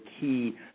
key